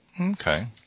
okay